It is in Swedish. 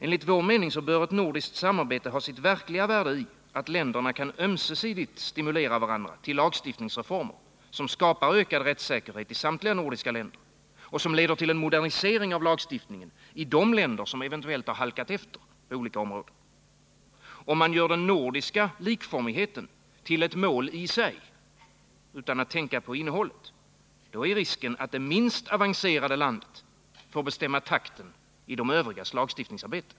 Enligt vår mening bör ett nordiskt samarbete ha sitt verkliga värde i att länderna ömsesidigt kan stimulera varandra till lagstiftningsreformer som skapar ökad rättssäkerhet i samtliga nordiska länder och som leder till en modernisering av lagstiftningen i de länder som eventuellt har halkat efter på olika områden. Om man, utan att tänka på innehållet, gör den nordiska likformigheten till ett mål i sig, är risken att det minst avancerade landet får bestämma takten i de övrigas lagstiftningsarbete.